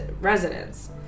residents